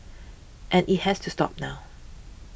and it has to stop now